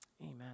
amen